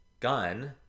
gun